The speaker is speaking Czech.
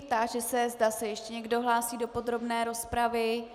Táži se, zda se ještě někdo hlásí do podrobné rozpravy.